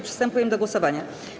Przystępujemy do głosowania.